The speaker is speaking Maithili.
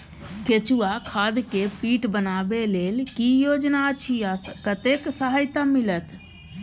केचुआ खाद के पीट बनाबै लेल की योजना अछि आ कतेक सहायता मिलत?